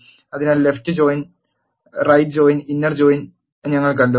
അതിനാൽ left join right join inner join left join right join inner join ഞങ്ങൾ കണ്ടു